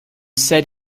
said